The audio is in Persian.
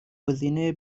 گزینه